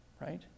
right